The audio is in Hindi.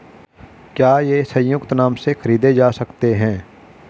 क्या ये संयुक्त नाम से खरीदे जा सकते हैं?